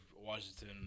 Washington